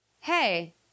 hey